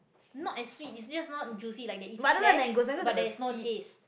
not as sweet it's just not juicy like the it's flesh but there is no taste